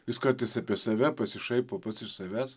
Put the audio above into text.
jis kartais apie save pasišaipo pats iš savęs